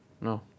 No